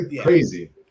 crazy